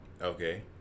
Okay